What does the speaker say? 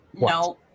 No